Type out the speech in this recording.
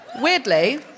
Weirdly